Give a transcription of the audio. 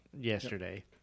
yesterday